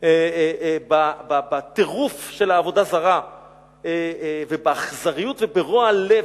על הטירוף של העבודה הזרה והאכזריות ורוע הלב